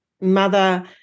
Mother